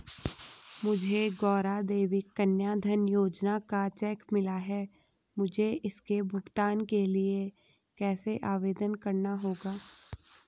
मुझे गौरा देवी कन्या धन योजना का चेक मिला है मुझे इसके भुगतान के लिए कैसे आवेदन करना होगा?